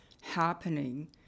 happening